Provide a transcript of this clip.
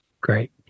Great